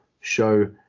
show